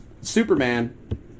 Superman